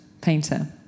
painter